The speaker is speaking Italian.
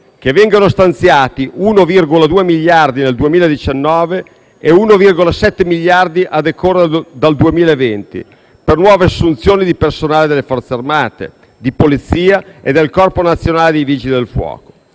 che vengano stanziati 1,2 miliardi di euro per il 2019 e 1,7 miliardi di euro a decorrere dal 2020 per nuove assunzioni di personale delle Forze armate, di Polizia e del Corpo nazionale dei Vigili del fuoco.